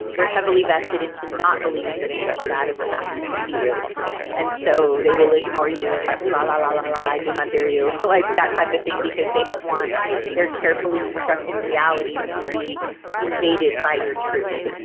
they're heavily vested into not believing that anything bad ever happened to you and so they will ignore you in like, la-la-la-la, i do not hear you. like that type of thing because they don't want their carefully constructed reality to be invaded by your truth.